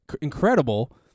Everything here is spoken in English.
Incredible